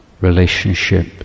relationship